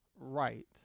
right